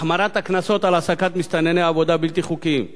החמרת הקנסות על העסקת מסתנני עבודה בלתי חוקיים,